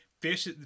Fish